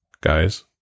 guys